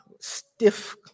Stiff